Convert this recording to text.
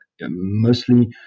mostly